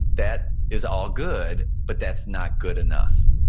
that is all good, but that's not good enough.